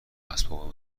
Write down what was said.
اسباب